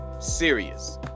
serious